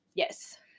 Yes